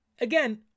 again